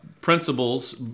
principles